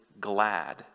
glad